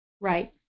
Right